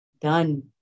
done